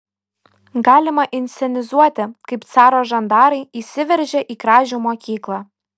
galima inscenizuoti kaip caro žandarai įsiveržia į kražių mokyklą